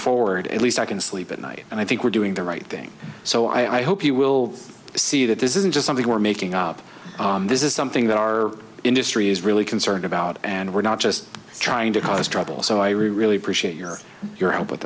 forward at least i can sleep at night and i think we're doing the right thing so i hope you will see that this isn't just something we're making up this is something that our industry is really concerned about and we're not just trying to cause trouble so i really appreciate your your help with